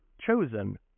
chosen